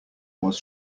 was